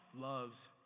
loves